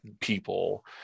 people